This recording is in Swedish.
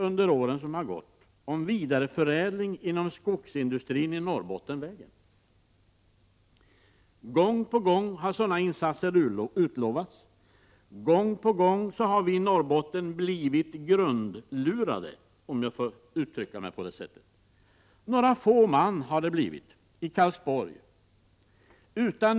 Jag skall emellertid ta den debatten sedan i nästa omgång med Erik Holmkvist.